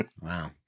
Wow